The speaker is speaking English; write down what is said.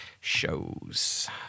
Shows